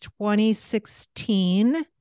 2016